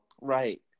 Right